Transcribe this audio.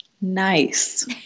Nice